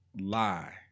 lie